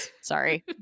sorry